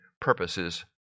purposes